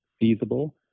feasible